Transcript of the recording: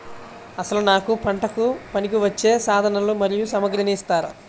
అసలు నాకు పంటకు పనికివచ్చే సాధనాలు మరియు సామగ్రిని ఇస్తారా?